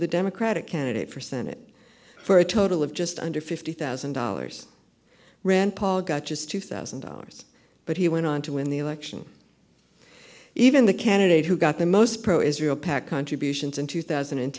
the democratic candidate for senate for a total of just under fifty thousand dollars rand paul got just two thousand dollars but he went on to win the election even the candidate who got the most pro israel pac contributions in two thousand and